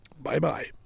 Bye-bye